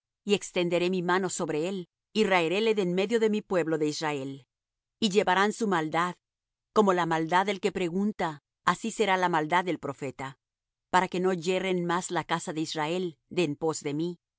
y extenderé mi mano sobre él y raeréle de en medio de mi pueblo de israel y llevarán su maldad como la maldad del que pregunta así será la maldad del profeta para que no yerren más la casa de israel de en pos de mí